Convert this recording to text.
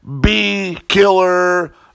B-killer